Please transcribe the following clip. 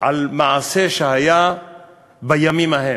על מעשה שהיה בימים ההם.